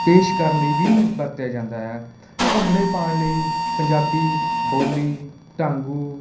ਪੇਸ਼ ਕਰਨ ਲਈ ਵੀ ਵਰਤਿਆ ਜਾਂਦਾ ਹੈ ਭੰਗੜੇ ਪਾਉਣ ਲਈ ਪੰਜਾਬੀ ਬੋਲੀ ਟਾਂਗੂ